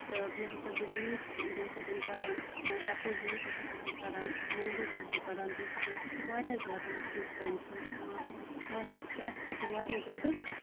تہٕ بیٚیہِ ہسا چھس بہٕ جوٗس تَمہِ سۭتۍ کَڑان ایپٔل جوٗس ہسا چھَس بہٕ کَڑان مینگو چھَس بہٕ کَڑان تَمہِ سۭتۍ سُہ چھُ واریاہ زیادٕ مُفیٖد سانہِ خاص سُہ چھُ اَسہِ خٲطرٕ واریاہ زیادٕ